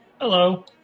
Hello